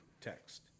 text